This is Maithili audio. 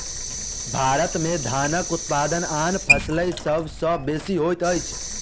भारत में धानक उत्पादन आन फसिल सभ सॅ बेसी होइत अछि